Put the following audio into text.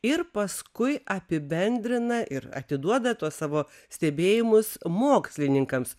ir paskui apibendrina ir atiduoda tuos savo stebėjimus mokslininkams